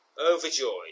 overjoyed